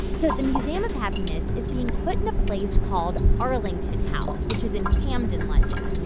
so the museum of happiness is being put in a place called arlington house, which is in camden, london.